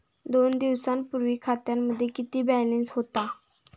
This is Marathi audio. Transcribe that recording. दोन दिवसांपूर्वी खात्यामध्ये किती बॅलन्स होता?